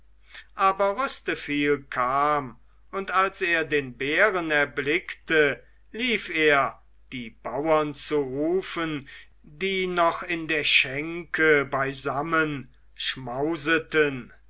aber rüsteviel kam und als er den bären erblickte lief er die bauern zu rufen die noch in der schenke beisammen schmauseten